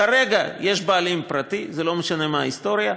כרגע יש בעלים פרטי, זה לא משנה מה ההיסטוריה,